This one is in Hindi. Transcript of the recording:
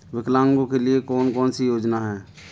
विकलांगों के लिए कौन कौनसी योजना है?